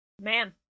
man